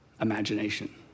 imagination